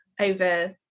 over